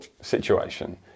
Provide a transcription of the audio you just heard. situation